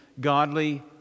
godly